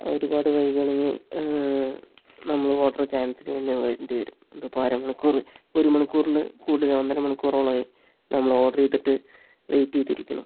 ഒരുപാട് വൈകുകയാണെങ്കിൽ നമ്മൾ ഓർഡർ ക്യാൻസൽ ചെയ്യുകതന്നെ വേണ്ടി വരും ഇതിപ്പോൾ അര മണിക്കൂർ ഒരു മണിക്കൂറിൽ കൂടുതൽ ഒരു ഒന്നര മണിക്കൂറോളമായി നമ്മൾ ഓർഡർ ചെയ്തിട്ട് വെയ്റ്റ് ചെയ്തിരിക്കുണു